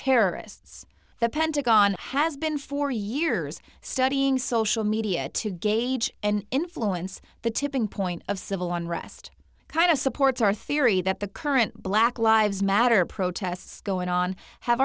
terrorists the pentagon has been for years studying social media to gauge and influence the tipping point of civil unrest kind of supports our theory that the current black lives matter protests going on have